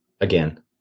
Again